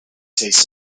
taste